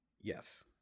Yes